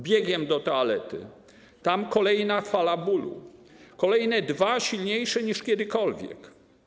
Biegiem do toalety, tam kolejna fala bólu, kolejne dwa silniejsze niż kiedykolwiek.